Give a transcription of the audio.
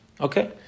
Okay